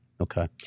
Okay